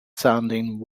sounding